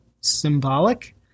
symbolic